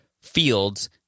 fields